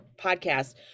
podcast